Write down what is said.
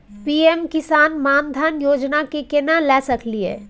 PM किसान मान धान योजना के केना ले सकलिए?